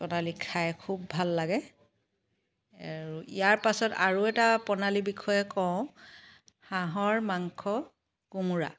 খাই খুব ভাল লাগে আৰু ইয়াৰ পাছত আৰু এটা প্ৰণালী বিষয়ে কওঁ হাঁহৰ মাংস কোমোৰা